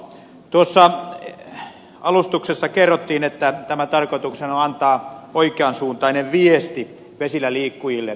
tuossa alustuksessa kerrottiin että tämän tarkoituksena on antaa oikean suuntainen viesti vesilläliikkujille